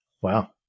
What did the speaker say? Wow